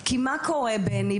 כי מה קורה בני,